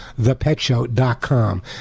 thepetshow.com